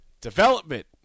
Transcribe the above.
development